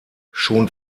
schon